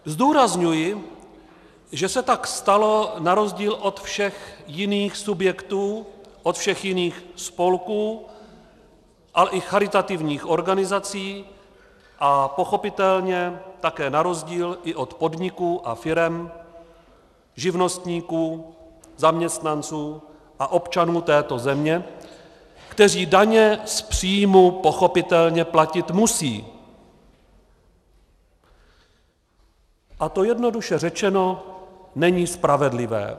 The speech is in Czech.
Zdůrazňuji, že se tak stalo na rozdíl od všech jiných subjektů, od všech jiných spolků, ale i charitativních organizací a pochopitelně také na rozdíl i od podniků a firem, živnostníků, zaměstnanců a občanů této země, kteří daně z příjmu pochopitelně platit musí, a to jednoduše řečeno není spravedlivé.